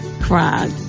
cried